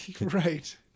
Right